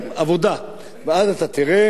ואז אתה תראה, לא יכניסו אותם ל"הבימה".